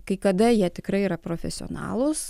kai kada jie tikrai yra profesionalūs